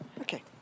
Okay